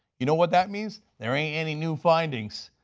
you know what that means? there ain't any new findings,